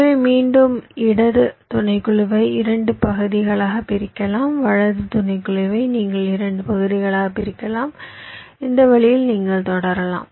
எனவே மீண்டும் இடது துணைக்குழுவை 2 பகுதிகளாகப் பிரிக்கலாம் வலது துணைக்குழுக்களை நீங்கள் 2 பகுதிகளாகப் பிரிக்கலாம் இந்த வழியில் நீங்கள் தொடரலாம்